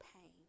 pain